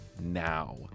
now